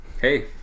Hey